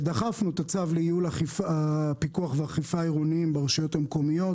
דחפנו את הצו לייעול הפיקוח והאכיפה העירוניים ברשויות המקומיות,